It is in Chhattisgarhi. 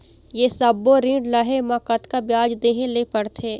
ये सब्बो ऋण लहे मा कतका ब्याज देहें ले पड़ते?